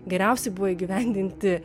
geriausiai buvo įgyvendinti